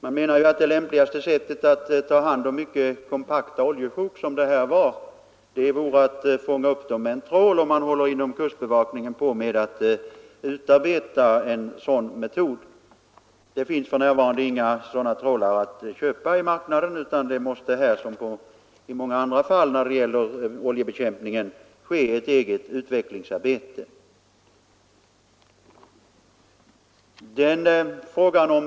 Man anser att det lämpligaste sättet att ta hand om mycket kompakta oljesjok — som det här var fråga om — är att fånga upp dem med en trål, och kustbevakningen håller på att utarbeta en sådan metod. Det finns emellertid för närvarande inga sådana trålar att köpa på marknaden, utan här liksom i många andra fall när det gäller oljebekämpning krävs det ett eget utvecklingsarbete.